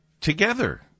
together